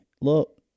look